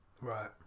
Right